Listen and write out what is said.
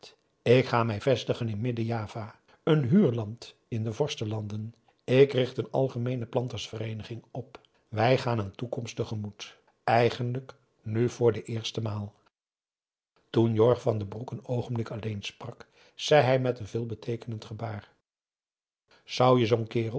ik ga mij vestigen in midden-java een huurland in de vorstenlanden ik richt een algemeene plantersvereeniging op wij gaan een toekomst te gemoet eigenlijk nu voor de eerste maal toen jorg van den broek een oogenblik alleen sprak zei hij met een veelbeteekend gebaar zou je zoo'n kerel